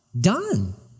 Done